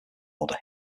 order